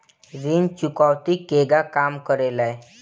ऋण चुकौती केगा काम करेले?